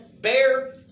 Bear